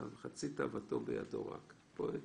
שם, בעקבות ההערה של היושב-ראש, קבענו